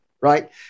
right